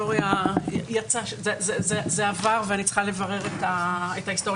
זה עבר ואני צריכה לברר את ההיסטוריה